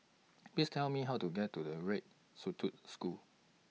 Please Tell Me How to get to The Red School